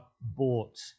bought